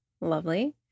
Lovely